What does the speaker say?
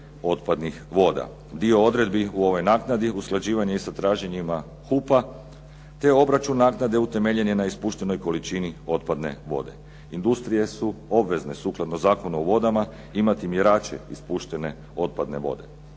otpadnih voda. Dio odredbi u ovoj naknadi je usklađivanje sa traženjima HUP-a te obračun naknade utemeljen je na ispuštenoj količine otpadne vode. Industrije su obvezne, sukladno Zakonu o vodama imati mjerače ispuštene otpadne vode,